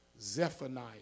Zephaniah